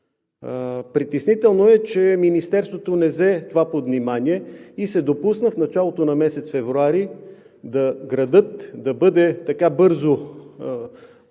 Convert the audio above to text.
Притеснително е, че Министерството не взе това под внимание и се допусна в началото на месец февруари градът да бъде бързо